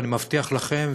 ואני מבטיח לכם,